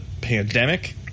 pandemic